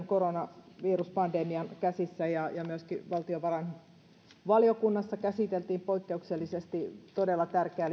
koronaviruspandemian käsissä ja ja myöskin valtiovarainvaliokunnassa käsiteltiin poikkeuksellisesti todella tärkeää